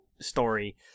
story